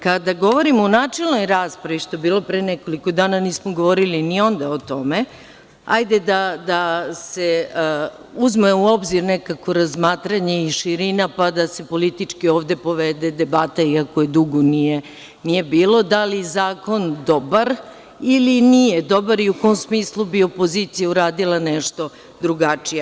Kada govorimo o načelnoj raspravi, što je bilo pre nekoliko dana, nismo govorili nionda o tome, ajde da se uzme u obzir nekakvo razmatranje i širina, pa da se politički ovde povede debata iako je dugo nije bilo, da li je zakon dobar ili nije dobar i u kom smislu bi opozicija uradila nešto drugačije.